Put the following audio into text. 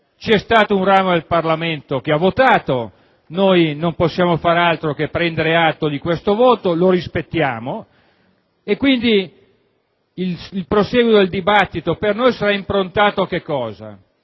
è stato un ramo del Parlamento che ha votato; non possiamo far altro che prendere atto di questo voto, lo rispettiamo. Il prosieguo del dibattito, quindi, per noi sarà improntato a